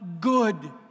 Good